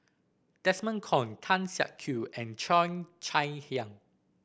Desmond Kon Tan Siak Kew and Cheo Chai Hiang